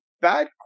bad